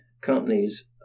companies